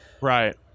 right